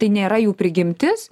tai nėra jų prigimtis